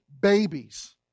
babies